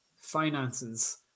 finances